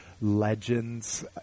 Legends